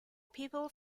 people